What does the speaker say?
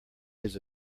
his